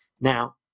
Now